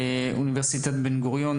נציגת אוניברסיטת בן גוריון,